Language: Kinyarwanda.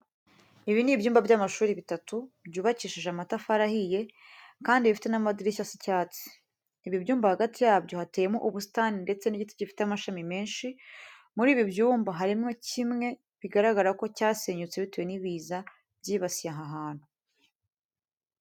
Ibi ni ibyumba by'amashuri bitatu, byubakishije amatafari ahiye kandi bifite n'amadirishya asa icyatsi. Ibi byumba hagati yabyo hateyemo ubusitani ndetse n'igiti gifite amashami menshi. Muri ibi byumba harimo kimwe bigaragara ko cyasenyutse bitewe n'ibiza byibasiye aha hantu.